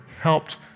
helped